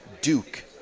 Duke